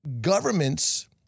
governments